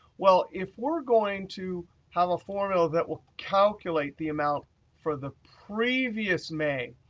well, if we're going to have a formula that will calculate the amount for the previous may,